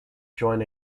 join